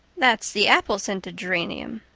that's the apple-scented geranium.